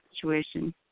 situation